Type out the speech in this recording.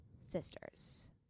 sisters